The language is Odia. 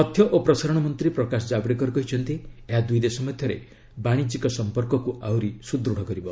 ତଥ୍ୟ ଓ ପ୍ରସାରଣ ମନ୍ତ୍ରୀ ପ୍ରକାଶ ଜାବଡେକର କହିଛନ୍ତି ଏହା ଦୁଇ ଦେଶ ମଧ୍ୟରେ ବାଣିଜ୍ୟିକ ସମ୍ପର୍କକୁ ଆହୁରି ସୁଦୃଢ଼ କରିବ